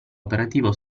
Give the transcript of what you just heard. operativo